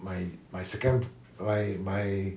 my my second my my